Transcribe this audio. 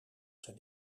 zijn